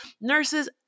nurses